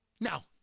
Now